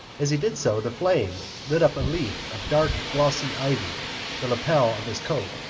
as he did so the flame lit up a leaf of dark glossy ivy the lapel of his coat.